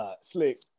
Slick